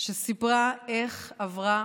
שסיפרה איך עברה